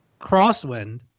Crosswind